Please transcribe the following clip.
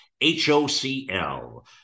HOCL